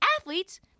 athletes